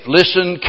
listen